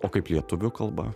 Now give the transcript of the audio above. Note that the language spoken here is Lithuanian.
o kaip lietuvių kalba